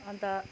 अन्त